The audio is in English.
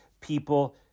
people